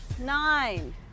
Nine